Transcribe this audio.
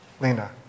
Lena